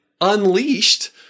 unleashed